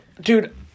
dude